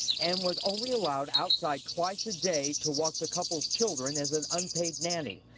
and was only allowed outside twice a day to walk the couple's children as an unpaid nanny.